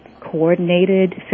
coordinated